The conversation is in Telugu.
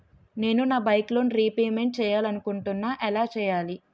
నేను నా బైక్ లోన్ రేపమెంట్ చేయాలనుకుంటున్నా ఎలా చేయాలి?